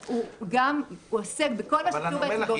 הוא עוסק בכל מה --- אני אומר לך,